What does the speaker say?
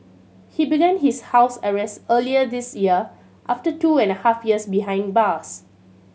he began his house arrest earlier this year after two and a half years behind bars